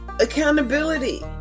Accountability